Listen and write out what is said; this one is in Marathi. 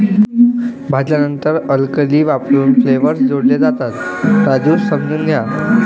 भाजल्यानंतर अल्कली वापरून फ्लेवर्स जोडले जातात, राजू समजून घ्या